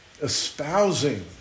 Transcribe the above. espousing